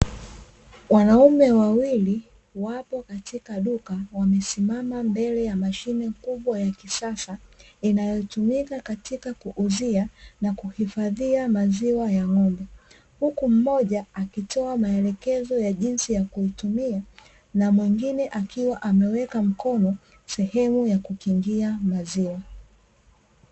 Wanaume wawili wapo katika duka wamesimama mbele ya mashine kubwa ya kisasa inayotumika katika kuuzia na kuhifadhia maziwa ya ng’ombe. Huku mmoja akitoa maelekezo ya jinsi ya kuitumia na mwingine akiwa ameweka mkono sehemu ya kukingia maziwa.